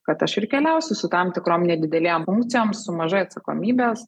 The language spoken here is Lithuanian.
kad aš ir keliausiu su tam tikrom nedidelėm funkcijom su mažai atsakomybės